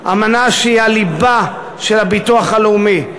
אמנה שהיא הליבה של הביטוח הלאומי.